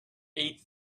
eight